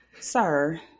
Sir